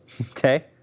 Okay